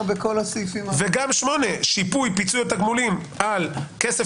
וגם 8 שיפוי ופיצוי התגמולים על כסף